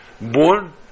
Born